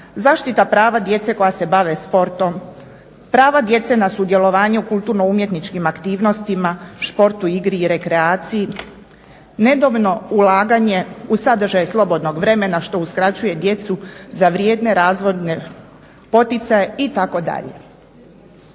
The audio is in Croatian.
zaštita prava djece koja se bave sportom, pravo djece na sudjelovanju u kulturno umjetničkim aktivnostima, športu, igri i rekreaciji, nedovoljno ulaganje u sadržaj slobodnog vremena što uskraćuje djecu za vrijedne razvojne poticaje itd.